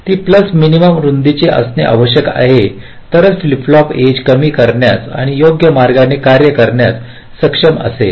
ती pulse minimum रूंदीची असणे आवश्यक आहे तरच फ्लिप फ्लॉप एज कमी करण्यास आणि योग्य मार्गाने कार्य करण्यास सक्षम असेल